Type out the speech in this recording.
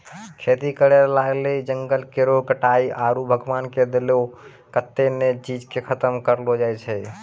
खेती करै लेली जंगल केरो कटाय आरू भगवान के देलो कत्तै ने चीज के खतम करलो जाय छै